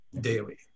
daily